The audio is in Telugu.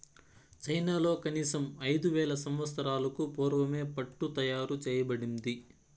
చైనాలో కనీసం ఐదు వేల సంవత్సరాలకు పూర్వమే పట్టు తయారు చేయబడింది